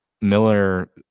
miller